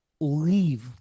leave